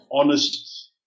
honest